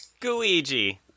Gooigi